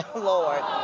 lord.